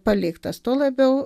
paliktas tuo labiau